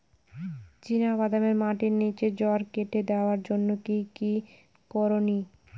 চিনা বাদামে মাটির নিচে জড় কেটে দেওয়ার জন্য কি কী করনীয়?